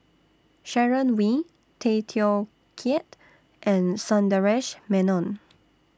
Sharon Wee Tay Teow Kiat and Sundaresh Menon